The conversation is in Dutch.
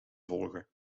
volgen